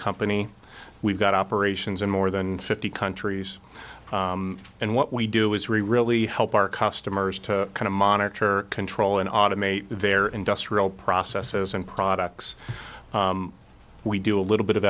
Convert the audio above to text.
company we've got operations in more than fifty countries and what we do is really really help our customers to kind of monitor control and automate their industrial processes and products we do a little bit of